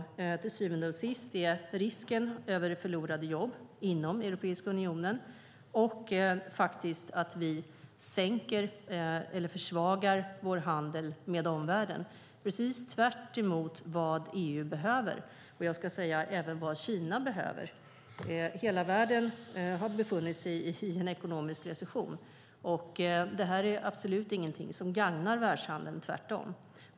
Till syvende och sist handlar det om risken för förlorade jobb inom Europeiska unionen och att vi sänker eller försvagar vår handel med omvärlden, vilket är precis tvärtemot vad EU behöver och, ska jag säga, även tvärtemot vad Kina behöver. Hela världen har befunnit sig i en ekonomisk recession, och det här är absolut ingenting som gagnar världshandeln, tvärtom.